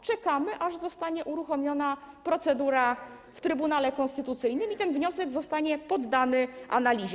Czekamy, aż zostanie uruchomiona procedura w Trybunale Konstytucyjnym i ten wniosek zostanie poddany analizie.